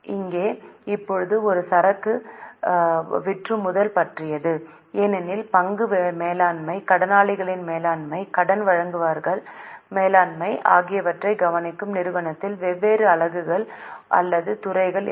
இங்கே இப்போது இது சரக்கு விற்றுமுதல் பற்றியது ஏனெனில் பங்கு மேலாண்மை கடனாளிகள் மேலாண்மை கடன் வழங்குநர்கள் மேலாண்மை ஆகியவற்றைக் கவனிக்கும் நிறுவனத்தில் வெவ்வேறு அலகுகள் அல்லது துறைகள் இருக்கும்